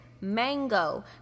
mango